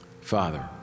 Father